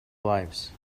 lives